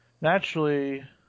naturally